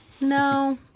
no